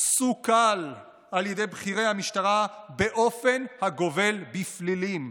סוכל על ידי בכירי המשטרה באופן הגובל בפלילים.